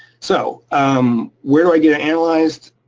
so um where do i get it analyzed?